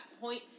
point